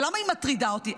ולמה היא מטרידה אותי?